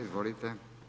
Izvolite.